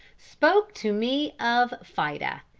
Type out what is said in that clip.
spoke to me of fida,